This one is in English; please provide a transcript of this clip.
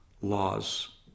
laws